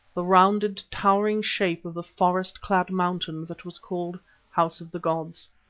the rounded, towering shape of the forest-clad mountain that was called house of the gods.